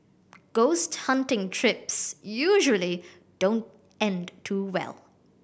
ghost hunting trips usually don't end too well